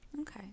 Okay